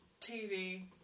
TV